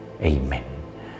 Amen